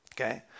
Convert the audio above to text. Okay